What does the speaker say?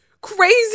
crazy